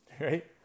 Right